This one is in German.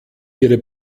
ihre